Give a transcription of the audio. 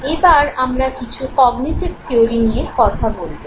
এবার আমরা কিছু কগ্নিটিভ থিয়োরি নিয়ে কথা বলবো